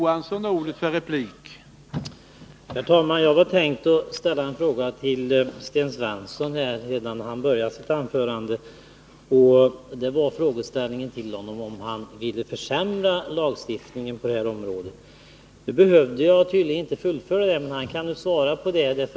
Herr talman! Redan i början av Sten Svenssons anförande hade jag tänkt fråga honom, om han vill försämra lagstiftningen på det här området.